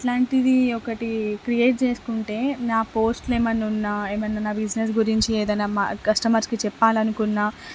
అట్లాంటిది ఒకటి క్రియేట్ చేసుకుంటే నా పోస్ట్లు ఏమన్నా ఉన్నా ఏమన్నా నా బిజినెస్ గురించి ఏదైనా మా కస్టమర్స్కి చెప్పాలనుకున్నా